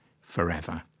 forever